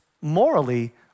morally